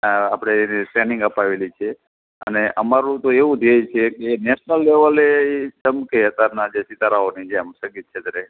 આ આપણે એને ટ્રેનિંગ અપાવેલી છે અને અમારું તો એવું ધ્યેય છે કે નેશનલ લેવલે એ ચમકે અત્યારના જે સિતારાઓની જેમ સંગીત ક્ષેત્રે